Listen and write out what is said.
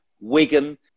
Wigan